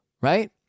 right